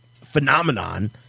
phenomenon